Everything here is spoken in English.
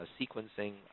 sequencing